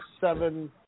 seven